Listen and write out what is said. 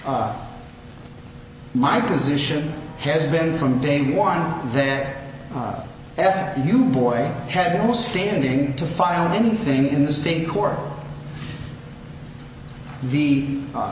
my position has been from day one then f you boy had no standing to file anything in the state court the